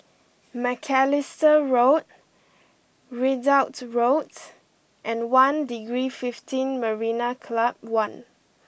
Macalister Road Ridout Roads and One Degree Fifteen Marina Club One